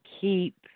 keep